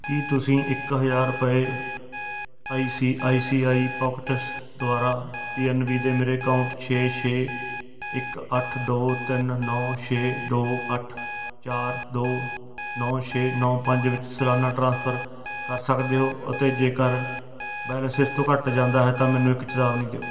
ਕੀ ਤੁਸੀਂ ਇੱਕ ਹਜ਼ਾਰ ਰੁਪਏ I C I C I pockets ਦੁਆਰਾ ਪੀ ਐੱਨ ਬੀ ਦੇ ਮੇਰੇ ਅਕਾਉਂਟ ਛੇ ਛੇ ਇੱਕ ਅੱਠ ਦੋ ਤਿੰਨ ਨੌ ਛੇ ਦੋ ਅੱਠ ਚਾਰ ਦੋ ਨੌ ਛੇ ਨੌ ਪੰਜ ਵਿੱਚ ਸਲਾਨਾ ਟਰਾਂਸਫ਼ਰ ਕਰ ਸਕਦੇ ਹੋ ਅਤੇ ਜੇਕਰ ਬੈਲੰਸ ਇਸ ਤੋਂ ਘੱਟ ਜਾਂਦਾ ਹੈ ਤਾਂ ਮੈਨੂੰ ਇੱਕ ਚੇਤਾਵਨੀ ਦਿਓ